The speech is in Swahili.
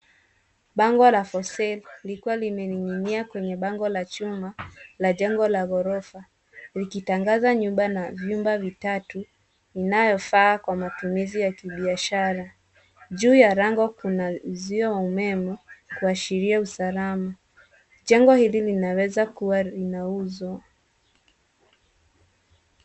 Bango la for sale , likiwa limening'inia kwenye bango la chuma la jengo la ghorofa. Likitangaza nyumba na vyumba vitatu, inayofaa kwa matumizi ya kibiashara. Juu ya lango kuna uzio wa umeme, kuashiria usalama. Jengo hili linaweza kua linauzwa.